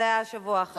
זה היה בשבוע האחרון.